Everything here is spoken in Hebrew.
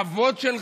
בשביל הכבוד שלך,